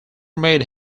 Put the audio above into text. made